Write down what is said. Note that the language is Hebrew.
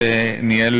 שניהל